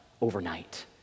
overnight